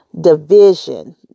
division